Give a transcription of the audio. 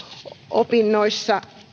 opinnoissa